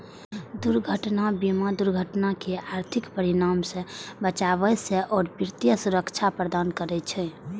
दुर्घटना बीमा दुर्घटनाक आर्थिक परिणाम सं बचबै छै आ वित्तीय सुरक्षा प्रदान करै छै